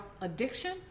addiction